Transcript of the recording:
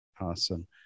Awesome